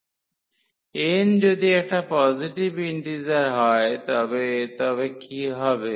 n যদি একটা positive integer হয় তবে তবে কী হবে